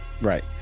Right